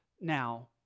now